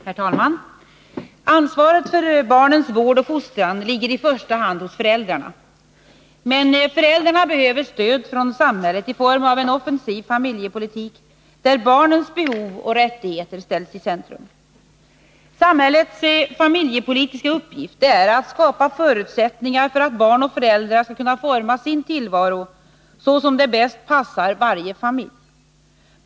Herr talman! Ansvaret för barnens vård och fostran ligger i första hand hos föräldrarna. Men föräldrarna behöver stöd från samhället i form av en offensiv familjepolitik, där barnens behov och rättigheter ställs i centrum. 43 Samhällets familjepolitiska uppgift är att skapa förutsättningar för att barn och föräldrar skall kunna forma sin tillvaro så som den bäst passar varje familj.